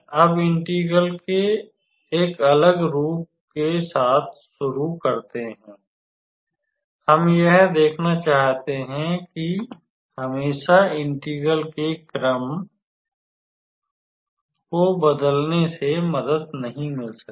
अब इंटीग्रल के एक अलग रूप के साथ शुरू करते हैं हम यह देखना चाहते हैं कि हमेशा इंटीग्रल के क्रम को बदलने से मदद नहीं मिल सकती